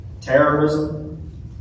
terrorism